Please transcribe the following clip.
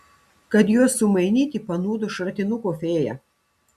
kad juos sumainyti panūdo šratinukų fėja